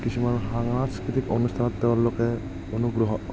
কিছুমান সাংস্কৃতিক অনুষ্ঠানত তেওঁলোকে অনুগ্ৰহ